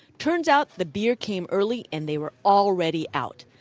turns out, the beer came early and they were already out.